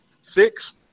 six